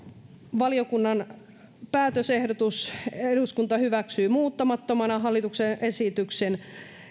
valiokunnan päätösehdotus eduskunta hyväksyy muuttamattomana hallituksen esityksen